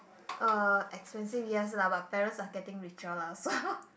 uh expensive yes lah but parents are getting richer lah so